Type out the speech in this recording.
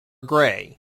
gray